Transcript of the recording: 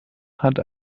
hat